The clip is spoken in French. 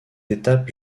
étape